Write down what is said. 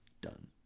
Done